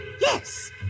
Yes